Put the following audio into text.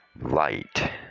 Light